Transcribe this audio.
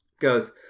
goes